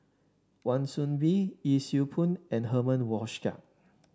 Wan Soon Bee Yee Siew Pun and Herman Hochstadt